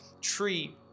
tree